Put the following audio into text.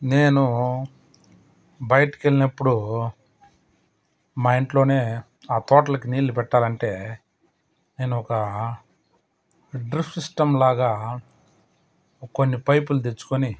నేను బయటికి వెళ్ళినప్పుడు మా ఇంట్లోనే ఆ తోటలకు నీళ్లు పెట్టాలంటే నేను ఒక డ్రిప్ సిస్టంలాగా కొన్ని పైపులు తెచ్చుకొని